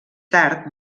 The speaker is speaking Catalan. tard